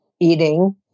eating